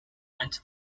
went